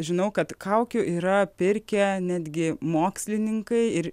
žinau kad kaukių yra pirkę netgi mokslininkai ir